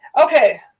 Okay